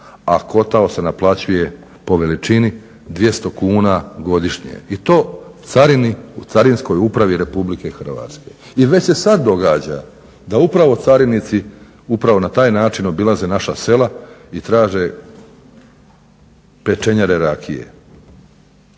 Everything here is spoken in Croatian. A kotao se naplaćuje po veličini 200 kn godišnje. I to Carini u Carinskoj upravi RH. I već se sad događa da upravo carinici upravo na taj način obilaze naša sela i traže pečenjare rakije.